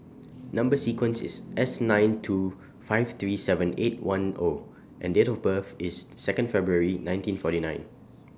Number sequence IS S nine two five three seven eight one O and Date of birth IS Second February nineteen forty nine